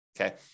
Okay